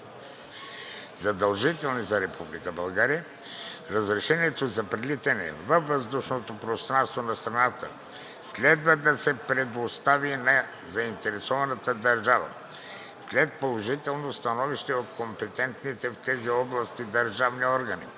задължителни за Република България, разрешението за прелитане във въздушното пространство на страната следва да се предостави на заинтересованата държава след положително становище на компетентните в тези области държавни органи